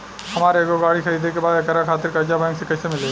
हमरा एगो गाड़ी खरीदे के बा त एकरा खातिर कर्जा बैंक से कईसे मिली?